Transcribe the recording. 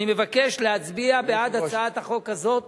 אני מבקש להצביע בעד הצעת החוק הזאת